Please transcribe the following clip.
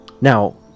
now